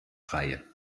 reihe